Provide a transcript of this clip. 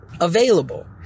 available